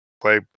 play